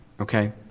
okay